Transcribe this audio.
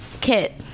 kit